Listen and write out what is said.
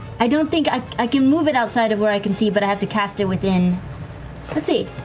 i don't think, i i can move it outside of where i can see, but i have to cast it within let's see.